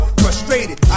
frustrated